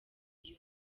iyo